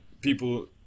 people